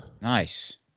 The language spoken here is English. Nice